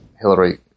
Hillary